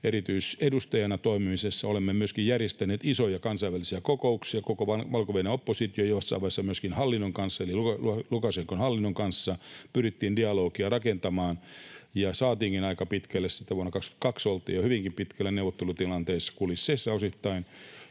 erityisedustajana toimimisessa. Olemme myöskin järjestäneet isoja kansainvälisiä kokouksia koko Valko-Venäjän opposition kanssa. Jossain vaiheessa myöskin hallinnon kanssa eli Lukašenkan hallinnon kanssa pyrittiin dialogia rakentamaan ja saatiinkin aika pitkälle. Sitten vuonna 2022 oltiin jo hyvinkin pitkällä neuvottelutilanteissa, kulisseissa osittain,